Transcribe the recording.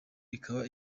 ikaba